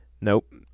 Nope